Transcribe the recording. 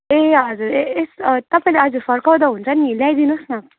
ए हजुर यस तपाईँले आज फर्काउँदा हुन्छ नि ल्याइदिनुहोस् न